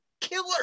killer